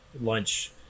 lunch